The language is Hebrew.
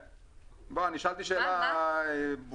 שאלתי שאלה ברורה.